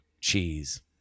cheese